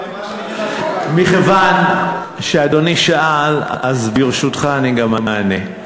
מכיוון שאדוני שאל, ברשותך, אני גם אענה.